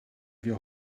wir